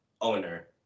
owner